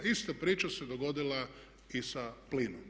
Ista priča se dogodila i sa plinom.